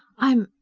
i'm.